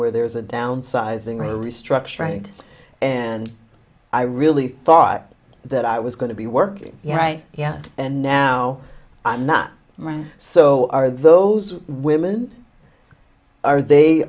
where there's a downsizing restructuring and i really thought that i was going to be working right and now i'm not ready so are those women are they